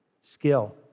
skill